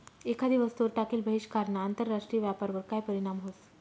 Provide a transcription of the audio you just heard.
एखादी वस्तूवर टाकेल बहिष्कारना आंतरराष्ट्रीय व्यापारवर काय परीणाम व्हस?